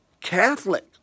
Catholic